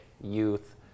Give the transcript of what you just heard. Youth